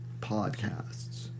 podcasts